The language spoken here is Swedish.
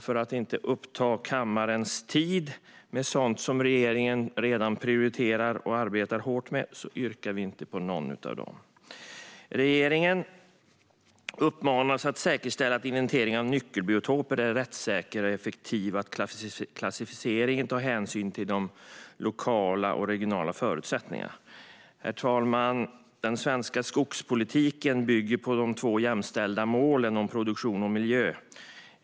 För att inte uppta kammarens tid med sådant som regeringen redan prioriterar och arbetar hårt med yrkar vi inte bifall till något av detta. Regeringen uppmanas att säkerställa att inventeringen av nyckelbiotoper är rättssäker och effektiv och att klassificeringen tar hänsyn till de lokala och regionala förutsättningarna. Herr talman! Den svenska skogspolitiken bygger på de två jämställda målen om produktion och miljö.